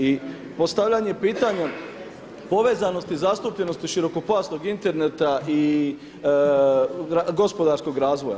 I postavljanje pitanja povezanosti i zastupljenosti širokopojasnog interneta i gospodarskog razvoja.